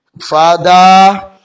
Father